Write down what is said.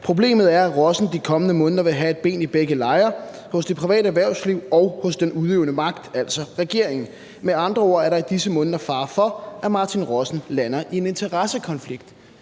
Problemet er, at Rossen de kommende måneder vil have et ben i begge lejre, hos det private erhvervsliv og hos den udøvende magt, altså regeringen. Med andre ord er der i disse måneder fare for, at Martin Rossen lander i en interessekonflikt.